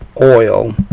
oil